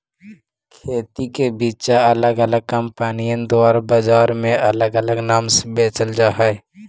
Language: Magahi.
खेती के बिचा अलग अलग कंपनिअन द्वारा बजार में अलग अलग नाम से बेचल जा हई